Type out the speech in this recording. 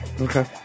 Okay